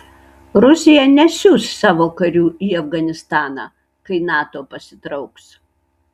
rusija nesiųs savo karių į afganistaną kai nato pasitrauks